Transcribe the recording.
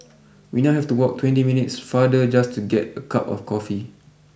we now have to walk twenty minutes farther just to get a cup of coffee